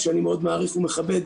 שאני מאוד מעריך ומכבד,